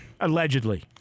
Allegedly